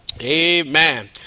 Amen